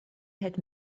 had